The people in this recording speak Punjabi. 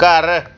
ਘਰ